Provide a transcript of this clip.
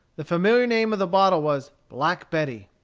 the familiar name of the bottle was black betty.